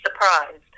surprised